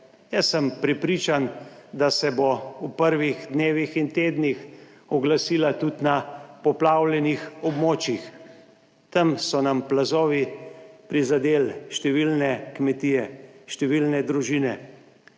Jaz sem prepričan, da se bo v prvih dnevih in tednih oglasila tudi na poplavljenih območjih. Tam so nam plazovi prizadeli številne kmetije, številne družine,